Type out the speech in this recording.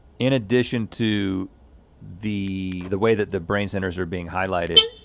in addition to the the way that the brain centers are being highlighted,